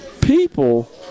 people